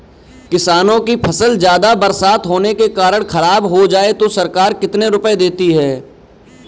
किसानों की फसल ज्यादा बरसात होने के कारण खराब हो जाए तो सरकार कितने रुपये देती है?